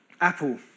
Apple